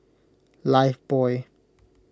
Lifebuoy